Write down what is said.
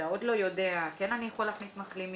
אתה עוד לא יודע אם אתה יכול להכניס מחלימים,